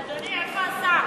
אדוני, איפה השר?